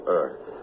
earth